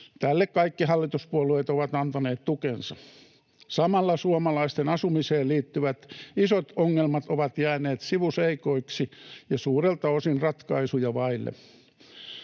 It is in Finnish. Tälle kaikki hallituspuolueet ovat antaneet tukensa. Samalla suomalaisten asumiseen liittyvät isot ongelmat ovat jääneet sivuseikoiksi ja suurelta osin ratkaisuja vaille.